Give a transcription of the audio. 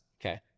Okay